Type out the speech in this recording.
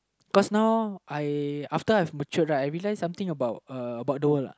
personal I after I've matured right I realized something about uh about the world lah